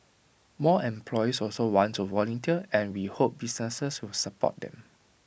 more employees also want to volunteer and we hope businesses will support them